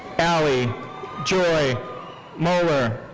allie joy moeller.